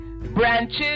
Branches